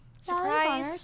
Surprise